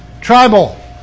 Tribal